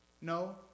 No